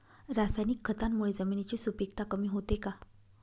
रासायनिक खतांमुळे जमिनीची सुपिकता कमी होते का?